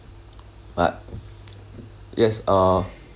but yes uh